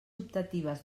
optatives